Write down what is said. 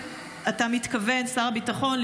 שר הביטחון,